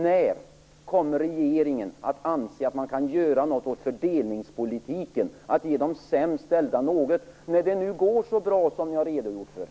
När kommer regeringen att anse att man kan göra något åt fördelningspolitiken, att man kan ge de sämst ställda något, när det nu går så bra som ni har redogjort för?